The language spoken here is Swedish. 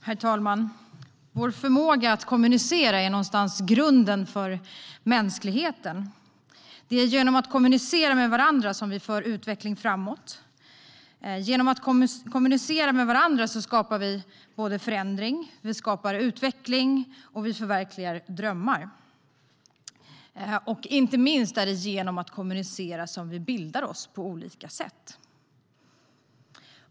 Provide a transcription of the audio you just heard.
Herr talman! Vår förmåga att kommunicera är någonstans grunden för mänskligheten. Det är genom att kommunicera med varandra som vi för utvecklingen framåt. Genom att kommunicera med varandra skapar vi både förändring och utveckling, och vi förverkligar drömmar. Inte minst är det genom att kommunicera som vi bildar oss på olika sätt.